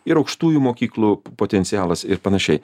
ir aukštųjų mokyklų potencialas ir panašiai